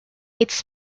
its